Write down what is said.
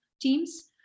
teams